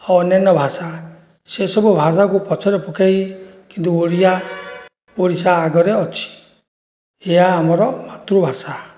ଆଉ ଅନ୍ୟାନ୍ୟ ଭାଷା ସେସବୁ ଭାଷାକୁ ପଛରେ ପକାଇ କିନ୍ତୁ ଓଡ଼ିଆ ଓଡ଼ିଶା ଆଗରେ ଅଛି ଏହା ଆମର ମାତୃଭାଷା